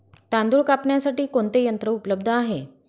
तांदूळ कापण्यासाठी कोणते यंत्र उपलब्ध आहे?